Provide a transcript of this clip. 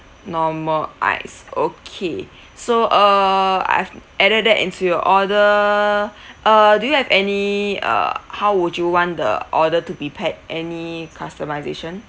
normal ice okay so err I've added that into your order uh do you have any uh how would you want the order to be packed any customisation